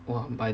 !wah! my